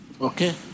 Okay